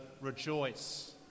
rejoice